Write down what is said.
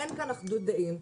אבל אין כאן אחדות דעים,